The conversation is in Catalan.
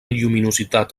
lluminositat